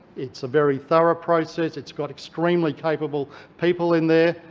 it's a very thorough process. it's got extremely capable people in there,